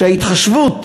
שהאי-התחשבות